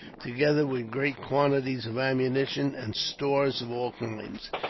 together with great quantities of ammunition, and stores of all kinds.